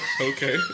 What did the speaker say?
Okay